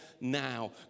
now